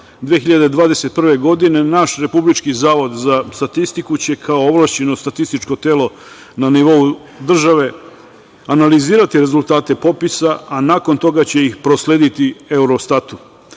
2021. godine, naš Republički zavod za statistiku će kao ovlašćeno statističko telo na nivou države analizirati rezultate popisa, a nakon toga će ih proslediti Eurostatu.